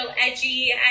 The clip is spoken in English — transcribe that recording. edgy